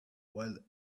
while